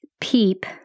PEEP